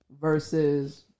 versus